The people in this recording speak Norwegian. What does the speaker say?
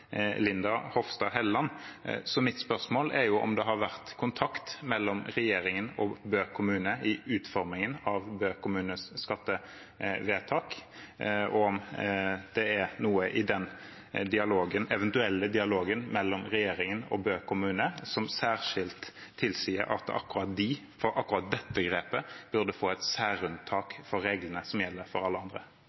Linda Hofstad Helleland. Så mitt spørsmål er om det har vært kontakt mellom regjeringen og Bø kommune i utformingen av Bø kommunes skattevedtak, og om det er noe i den dialogen – den eventuelle dialogen – mellom regjeringen og Bø kommune som særskilt tilsier at akkurat de, for akkurat dette grepet, burde få et særunntak fra reglene som gjelder for alle andre.